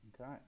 Okay